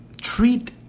treat